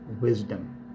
wisdom